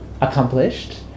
accomplished